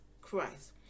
Christ